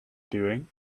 doing